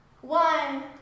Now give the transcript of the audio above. One